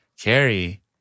Carrie